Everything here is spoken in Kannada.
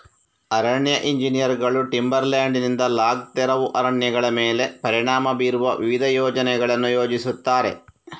ಅರಣ್ಯ ಎಂಜಿನಿಯರುಗಳು ಟಿಂಬರ್ ಲ್ಯಾಂಡಿನಿಂದ ಲಾಗ್ ತೆರವು ಅರಣ್ಯಗಳ ಮೇಲೆ ಪರಿಣಾಮ ಬೀರುವ ವಿವಿಧ ಯೋಜನೆಗಳನ್ನು ಯೋಜಿಸುತ್ತಾರೆ